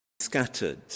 scattered